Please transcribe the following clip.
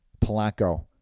Polanco